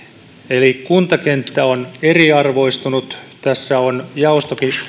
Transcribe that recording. eli kuntakenttä on eriarvoistunut tässä on jaostokin